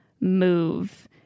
move